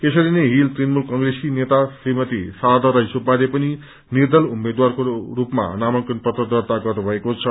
यसरी नै हिल तृणमूल कंग्रेसकी नेता श्रीमती शारदा राई सुब्बाले पनि निर्दल उम्मेद्वारको रूपमा नामांकन पत्र दर्ता गर्नुभएको छ